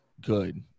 good